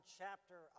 chapter